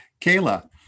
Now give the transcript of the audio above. Kayla